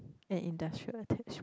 and industrial attach